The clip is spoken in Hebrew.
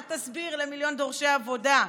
מה תסביר למיליון דורשי עבודה,